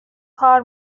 کار